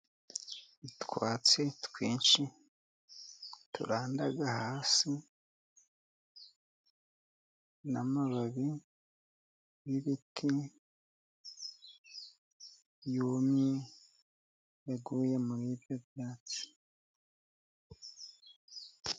Utwatsi twinshi turanda hasi, n'amababi y'ibiti yumye yaguye muri ibyo byatsi.